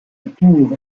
tour